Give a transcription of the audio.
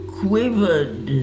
quivered